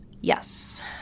Yes